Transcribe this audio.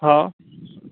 હા